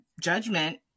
judgment